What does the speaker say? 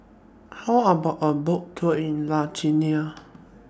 How about A Boat Tour in Lithuania